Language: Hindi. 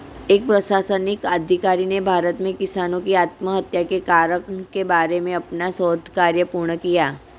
एक प्रशासनिक अधिकारी ने भारत में किसानों की आत्महत्या के कारण के बारे में अपना शोध कार्य पूर्ण किया